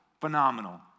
phenomenal